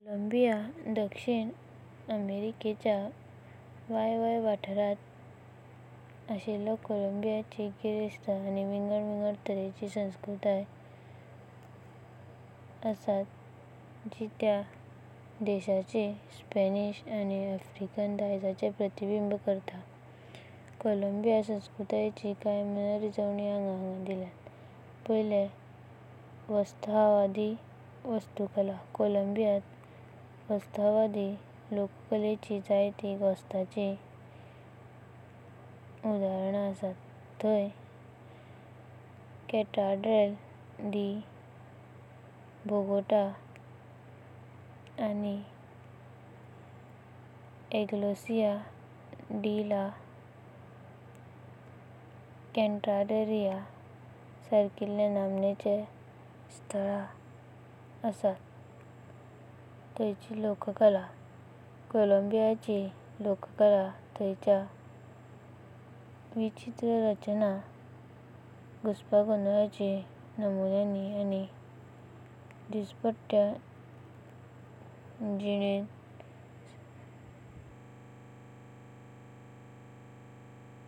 Colombia! दक्षिण अमेरिकेच्या विव्या वथारांत अशिल्ल्या कोलंबियाची गिरिस्ता। आनी विंगडा विंगडा तारेंची असंस्कृताय आसां, जी तया देशी, स्पॅनीश आनी आफ्रिकाणा दायजाचें प्रतिबिंबित करतां। कोलंबिया संस्कृतायेंचिन कन्या मणारीजोवानी अंग आंक दिल्यांता। कला आनी वस्तुकला। पायले वसाहतवादी वास्तुकला कोलंबियंता वसाहतवादी लोककलेंयची जायतिन घोषताची उदाहरणा आसता। त्यांया कॅथेड्रल दा बोगोटा आनी इग्लेसिया दा ला कॅंडेलारिया साराकिलेंय नामेंचिन स्थळां आसता। त्यांची लोककला कोलंबियाची लोककला ताच्या विचित्र रचना। गूसापागोनोलाच्या नमुनें आनी डिस्पाट्टेय जिनेणां।